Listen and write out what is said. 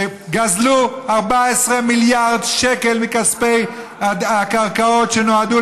שגזלו 14 מיליארד שקל מכספי הקרקעות שנועדו